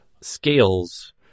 scales